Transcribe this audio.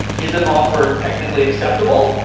is an offeror technical acceptable?